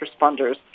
responders